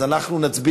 אז אנחנו נצביע.